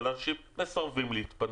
אנשים מסרבים להתפנות,